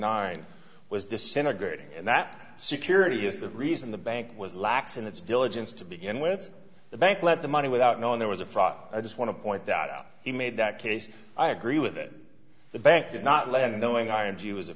nine was disintegrating and that security is the reason the bank was lax in its diligence to begin with the bank let the money without knowing there was a fraud i just want to point that out he made that case i agree with it the bank did not lend knowing i and she was a